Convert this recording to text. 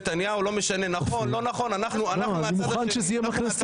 נתניהו, לא משנה נכון לא נכון, אנחנו מהצד השני.